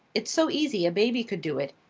it's so easy a baby could do it,